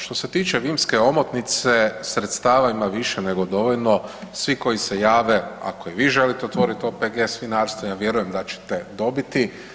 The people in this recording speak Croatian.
Što se tiče vinske omotnice, sredstava ima više nego dovoljno, svi koji se jave, ako i vi želite otvoriti OPG s vinarstvom, vjerujem da ćete dobiti.